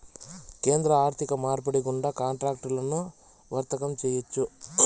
కేంద్ర ఆర్థిక మార్పిడి గుండా కాంట్రాక్టులను వర్తకం చేయొచ్చు